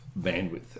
bandwidth